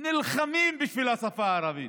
נלחמים בשביל השפה הערבית.